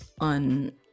on